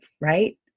right